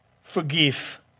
forgive